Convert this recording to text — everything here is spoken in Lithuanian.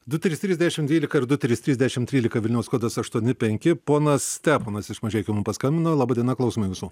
du trys trys dešim dvylika ir du trys trys dešim trylika vilniaus kodas aštuoni penki ponas steponas iš mažeikių mum paskambino laba diena klausome jūsų